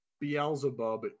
Beelzebub